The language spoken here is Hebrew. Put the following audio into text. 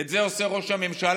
את זה עושה ראש הממשלה,